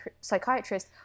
psychiatrist